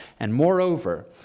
and moreover,